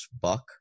Buck